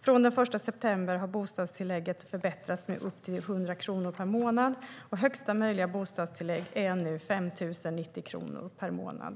Från den 1 september 2015 har bostadstillägget förbättrats med upp till 100 kronor per månad, och högsta möjliga bostadstillägg är nu 5 090 kronor per månad.